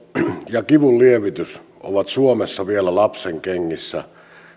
ja kivunlievitys ovat suomessa vielä lapsenkengissä